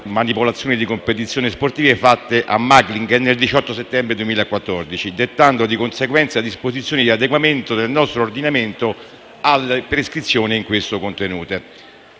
manipolazione di competizioni sportive fatte a Magglingen il 18 settembre 2014, dettando di conseguenza disposizioni di adeguamento del nostro ordinamento alle prescrizioni in essa contenute.